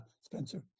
Spencer